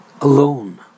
alone